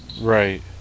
Right